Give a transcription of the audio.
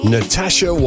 Natasha